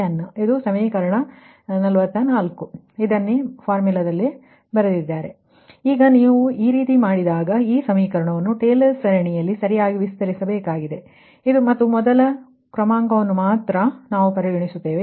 xn0 ∆xn ಈಗ ನೀವು ಈ ರೀತಿ ಮಾಡಿದಾಗ ಈ ಸಮೀಕರಣವನ್ನು ಟೇಲರ್ ಸರಣಿಯಲ್ಲಿ ಸರಿಯಾಗಿ ವಿಸ್ತರಿಸಬೇಕಾಗಿದೆ ಮತ್ತು ನಿಮ್ಮ ಮೊದಲ ಕ್ರಮಾ0ಕವನ್ನು ಮಾತ್ರ ನಾವು ಪರಿಗಣಿಸುತ್ತೇವೆ